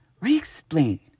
re-explain